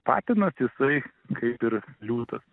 patinas jisai kaip ir liūtas